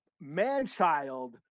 man-child